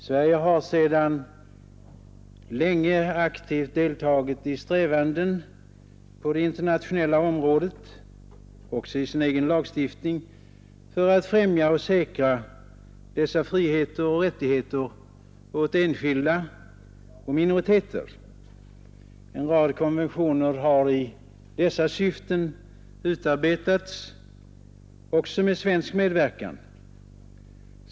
Sverige har sedan länge på det internationella planet och även i den egna lagstiftningen aktivt deltagit i strävandena att främja och säkra dessa frioch rättigheter åt enskilda och minoriteter. En rad konventioner har i dessa syften utarbetats under svensk medverkan.